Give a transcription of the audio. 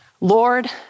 Lord